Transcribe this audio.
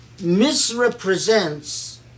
misrepresents